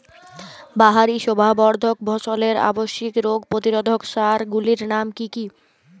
বাহারী শোভাবর্ধক ফসলের আবশ্যিক রোগ প্রতিরোধক সার গুলির নাম কি কি?